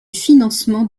financement